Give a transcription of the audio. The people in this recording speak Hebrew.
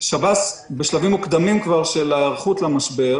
שב"ס כבר בשלבים מוקדמים של ההיערכות למשבר